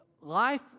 Life